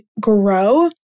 grow